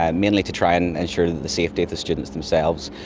ah mainly to try and and ensure the safety of the students themselves.